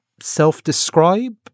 Self-describe